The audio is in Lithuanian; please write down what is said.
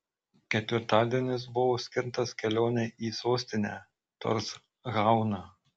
ketvirtadienis buvo skirtas kelionei į sostinę torshauną